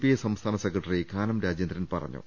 I സംസ്ഥാന secretary Kanam Rajendran പറഞ്ഞു